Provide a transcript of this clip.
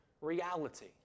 reality